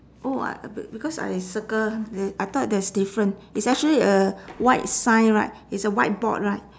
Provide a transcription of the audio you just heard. oh I be~ because I circle the I thought there's different it's actually a white sign right it's a white board right